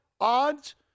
odds